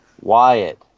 Wyatt